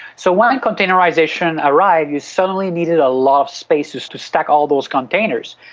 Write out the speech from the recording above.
so when and containerisation arrived you suddenly needed a lot of spaces to stack all those containers.